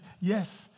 Yes